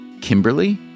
Kimberly